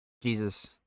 Jesus